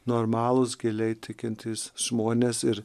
normalūs giliai tikintys žmonės ir